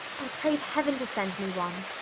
i prayed heaven to send me one.